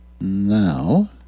Now